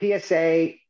PSA